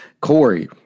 Corey